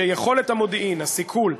שיכולת המודיעין, הסיכול,